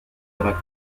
l’heure